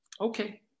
Okay